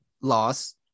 loss